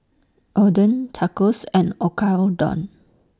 Oden Tacos and Oyakodon